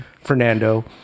Fernando